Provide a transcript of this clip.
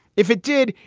if it did,